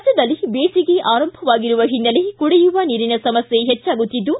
ರಾಜ್ಞದಲ್ಲಿ ಬೇಸಿಗೆ ಆರಂಭವಾಗಿರುವ ಹಿನ್ನೆಲೆ ಕುಡಿಯುವ ನೀರಿನ ಸಮಸ್ಥೆ ಹೆಚ್ಚಾಗುತ್ತಿದ್ದು